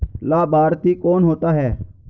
लाभार्थी कौन होता है?